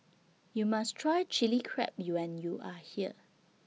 YOU must Try Chili Crab YOU when YOU Are here